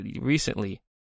recently